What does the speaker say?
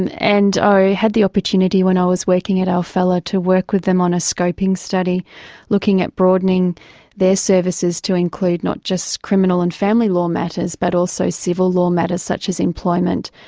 and and i had the opportunity when i was working at alfela to work with them on a scoping study looking at broadening their services to include not just criminal and family law matters but also civil law matters such as employment,